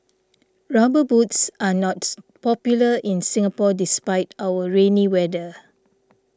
rubber boots are not popular in Singapore despite our rainy weather